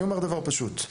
אני אומר דבר פשוט,